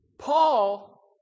Paul